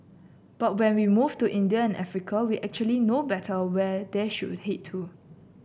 but when we move to India and Africa we actually know better where they should head to